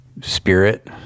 spirit